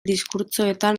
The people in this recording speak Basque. diskurtsoetan